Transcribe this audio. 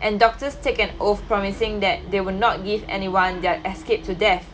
and doctors take an oath promising that they will not give anyone their escape to death